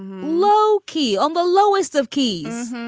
low key on the lowest of keys.